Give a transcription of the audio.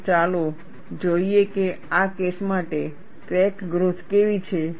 અને ચાલો જોઈએ કે આ કેસ માટે ક્રેક ગ્રોથ કેવી છે